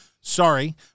Sorry